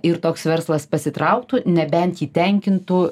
ir toks verslas pasitrauktų nebent jį tenkintų